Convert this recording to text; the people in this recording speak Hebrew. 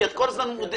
כי את כל הזמן מודאגת.